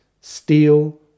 steel